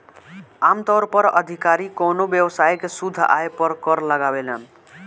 आमतौर पर अधिकारी कवनो व्यवसाय के शुद्ध आय पर कर लगावेलन